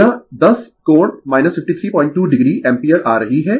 तो यह 10 कोण 532 o एम्पीयर आ रही है